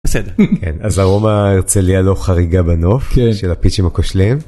‫בסדר. ‫-כן, אז ארומה הרצליה לא חריגה בנוף ‫של הפיצ'ים הכושלים.